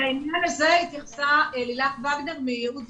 לעניין הזה התייחסה לילך וגנר מייעוץ